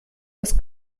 das